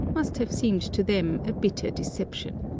must have seemed to them a bitter deception.